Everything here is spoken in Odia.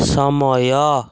ସମୟ